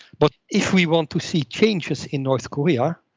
but if we want to see changes in north korea,